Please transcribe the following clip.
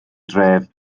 dref